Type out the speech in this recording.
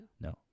No